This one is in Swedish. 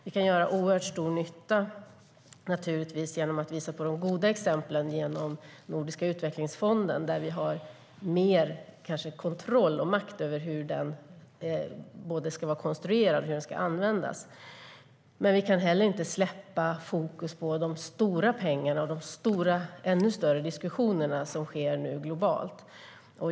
Vi kan göra oerhört stor nytta, naturligtvis genom att visa på de goda exemplen i Nordiska utvecklingsfonden, där vi kanske har mer kontroll och makt över såväl hur den ska vara konstruerad som hur den ska användas. Vi kan dock inte heller släppa fokus på de stora pengarna och de ännu större diskussioner som nu sker globalt.